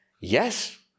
Yes